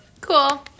cool